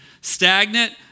stagnant